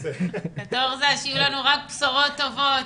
קטורזה, שיהיו לנו רק בשורות טובות.